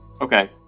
Okay